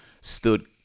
stood